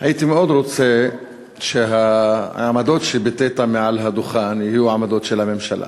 הייתי מאוד רוצה שהעמדות שביטאת מעל הדוכן יהיו העמדות של הממשלה,